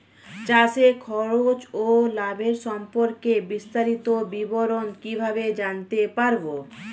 চাষে খরচ ও লাভের সম্পর্কে বিস্তারিত বিবরণ কিভাবে জানতে পারব?